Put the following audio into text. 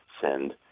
send